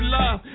love